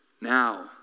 Now